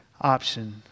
option